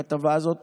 הכתבה הזאת